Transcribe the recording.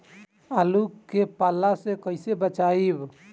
आलु के पाला से कईसे बचाईब?